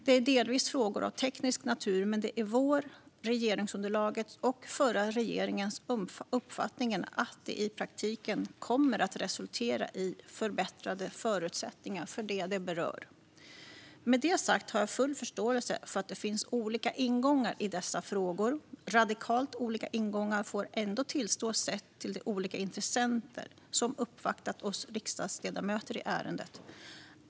Det är delvis frågor av teknisk natur, men det är vår, regeringsunderlagets och förra regeringens uppfattning att detta i praktiken kommer att resultera i förbättrade förutsättningar för dem som det berör. Med detta sagt har jag full förståelse för att det finns olika ingångar i dessa frågor. Att det är radikalt olika ingångar får ändå tillstås sett till de olika intressenter som uppvaktat oss riksdagsledamöter i ärendet.